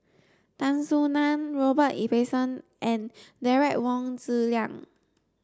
Tan Soo Nan Robert Ibbetson and Derek Wong Zi Liang